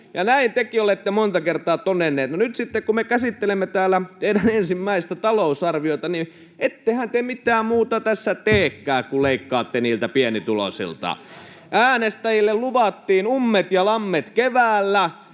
ja näin tekin olette monta kertaa todenneet. No, nyt sitten kun me käsittelemme täällä teidän ensimmäistä talousarviotanne, niin ettehän te mitään muuta tässä teekään kuin leikkaatte niiltä pienituloisilta. Äänestäjille luvattiin ummet ja lammet keväällä,